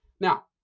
Now